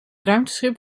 ruimteschip